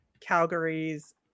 Calgary's